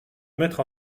mettre